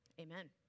Amen